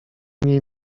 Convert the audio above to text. niej